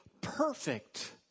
perfect